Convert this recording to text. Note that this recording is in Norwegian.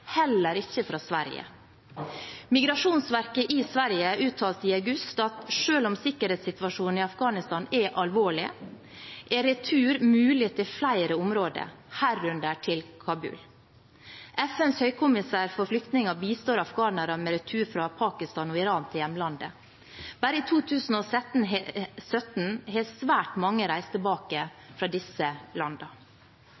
heller ikke fra Sverige. Migrationsverket i Sverige uttalte i august at selv om sikkerhetssituasjonen i Afghanistan er alvorlig, er retur mulig til flere områder, herunder til Kabul. FNs høykommissær for flyktninger bistår afghanere med retur fra Pakistan og Iran til hjemlandet. Bare i 2017 har svært mange reist tilbake